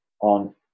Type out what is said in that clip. on